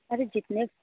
अरे जितने